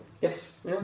Yes